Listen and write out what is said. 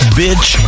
bitch